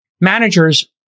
Managers